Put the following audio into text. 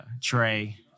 Trey